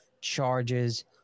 charges